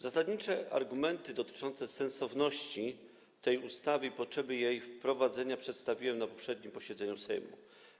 Zasadnicze argumenty dotyczące sensowności tej ustawy i potrzeby jej wprowadzenia przedstawiłem na poprzednim posiedzeniu Sejmu.